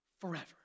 forever